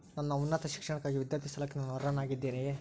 ನನ್ನ ಉನ್ನತ ಶಿಕ್ಷಣಕ್ಕಾಗಿ ವಿದ್ಯಾರ್ಥಿ ಸಾಲಕ್ಕೆ ನಾನು ಅರ್ಹನಾಗಿದ್ದೇನೆಯೇ?